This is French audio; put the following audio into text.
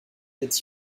est